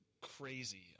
crazy